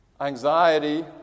anxiety